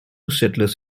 settlers